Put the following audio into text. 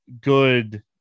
good